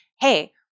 hey